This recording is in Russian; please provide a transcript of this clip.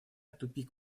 тупик